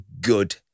good